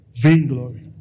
Vainglory